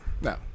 no